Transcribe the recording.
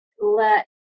let